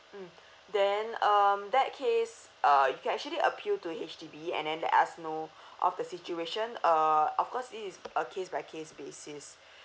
mm then um that case uh you can actually appeal to H_D_B and then let us know of the situation uh of course it is a case by case basis